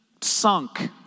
sunk